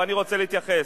אני רוצה להתייחס: